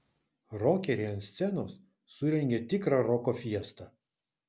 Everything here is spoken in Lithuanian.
rokeriai ant scenos surengė tikrą roko fiestą